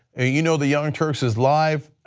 ah you know the young turks is live,